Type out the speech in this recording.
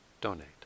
donate